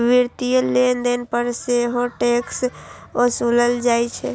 वित्तीय लेनदेन पर सेहो टैक्स ओसूलल जाइ छै